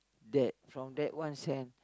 that from that one cent